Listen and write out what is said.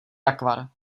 rakvar